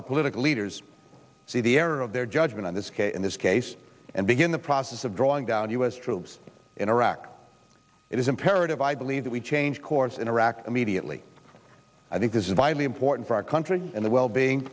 our political leaders see the error of their job going on this in this case and begin the process of drawing down u s troops in iraq it is imperative i believe that we change course in iraq immediately i think this is vitally important for our country and the well being